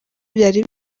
byari